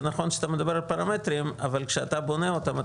זה נכון שאתה מדבר על פרמטרים אבל כשאתה בונה אותם,